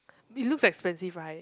it looks expensive right